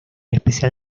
especial